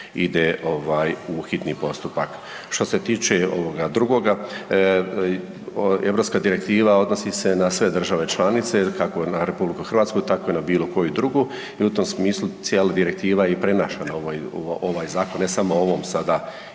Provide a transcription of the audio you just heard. ide u hitni postupak. Što se tiče drugoga, europska direktiva odnosi se na sve države članice kako na RH tako i na bilo koju drugu i u tom smislu cijela direktiva prenašana je u ovaj zakon, ne samo ovom sada